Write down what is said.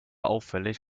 auffällig